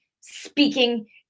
speaking